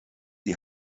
die